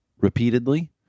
repeatedly